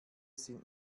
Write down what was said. sind